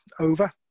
over